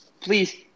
Please